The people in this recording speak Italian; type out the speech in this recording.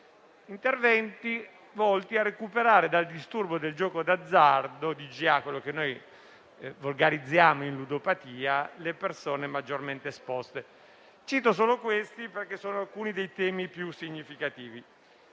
nonché interventi volti a recuperare dal disturbo del gioco d'azzardo, il DGA, quello che noi volgarizziamo in ludopatia, le persone maggiormente esposte. Cito solo questi, perché sono alcuni dei temi più significativi.